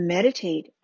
Meditate